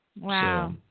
Wow